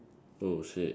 oh shit